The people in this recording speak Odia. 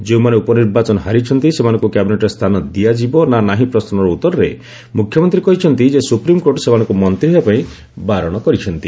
ଯେଉଁମାନେ ଉପନିର୍ବାଚନ ହାରିଛନ୍ତି ସେମାନଙ୍କୁ କ୍ୟାବିନେଟ୍ରେ ସ୍ଥାନ ଦିଆଯିବ ନା ନାହିଁ ପ୍ରଶ୍ୱର ଉତ୍ତରରେ ମୁଖ୍ୟମନ୍ତ୍ରୀ କହିଛନ୍ତି ଯେ ସୁପ୍ରିମକୋର୍ଟ ସେମାନଙ୍କୁ ମନ୍ତ୍ରୀ ହେବା ପାଇଁ ବାରଣ କରିଛନ୍ତି